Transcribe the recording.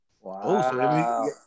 Wow